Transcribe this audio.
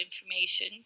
information